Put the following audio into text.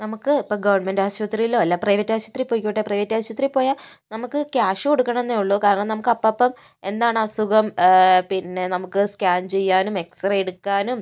നമുക്ക് ഇപ്പം ഗവണ്മെന്റ് ആശുപത്രിയിലോ അല്ല പ്രൈവറ്റ് ആശുപത്രിയിൽ പൊയ്കോട്ടെ പ്രൈവറ്റ് ആശുപത്രിയിൽ പോയാൽ നമുക്ക് ക്യാഷ് കൊടുക്കണോന്നേ ഉള്ളു കാരണം നമുക്ക് അപ്പപ്പം എന്താണ് അസുഖം പിന്നെ നമുക്ക് സ്കാന് ചെയ്യാനും എക്സ്റേ എടുക്കാനും